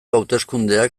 hauteskundeak